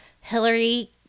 hillary